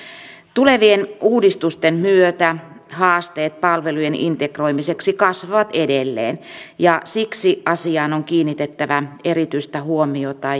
tulevien uudistusten myötä haasteet palvelujen integroimiseksi kasvavat edelleen ja siksi asiaan on kiinnitettävä erityistä huomiota